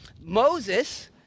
Moses